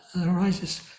arises